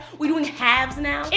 we're doing halves now?